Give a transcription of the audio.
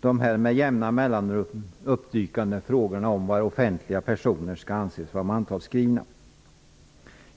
de med jämna mellanrum uppdykande frågorna om var offentliga personer skall anses vara mantalsskrivna.